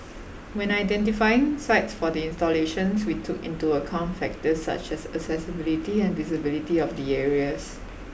when identifying sites for the installations we took into account factors such as accessibility and visibility of the areas